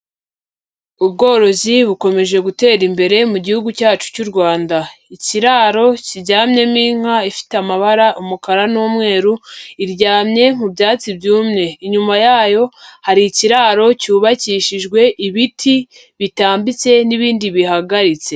Ubworozi bukomeje gutera imbere mu gihugu cyacu cy'u Rwanda. Ikiraro kiryamyemo inka ifite amabara umukara n'umweru, iryamye mu byatsi byumye. Inyuma yayo hari ikiraro cyubakishijwe ibiti bitambitse n'ibindi bihagaritse.